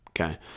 okay